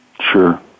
Sure